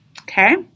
okay